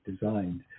designed